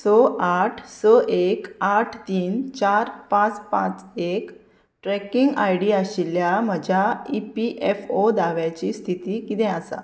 स आठ स एक आठ तीन चार पांच पांच एक ट्रॅकिंग आय डी आशिल्ल्या म्हज्या ई पी एफ ओ दाव्याची स्थिती कितें आसा